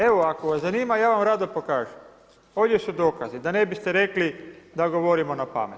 Evo ako vas zanima ja vam rado pokažem, ovdje su dokazi, da ne biste rekli da govorimo napamet.